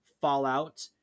Fallout